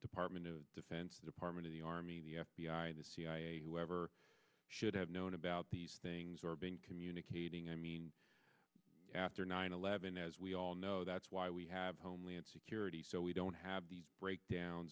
department of defense department of the army the f b i the cia whoever should have known about these things or been communicating i mean after nine eleven as we all know that's why we have homeland security so we don't have these breakdown